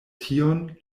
tion